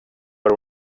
per